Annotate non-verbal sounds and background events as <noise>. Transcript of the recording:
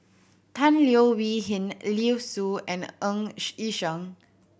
Tan Leo Wee Hin Liu Sue and Ng <unintelligible> Yi Sheng